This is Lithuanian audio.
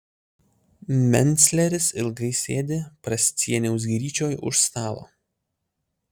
mencleris ilgai sėdi prascieniaus gryčioj už stalo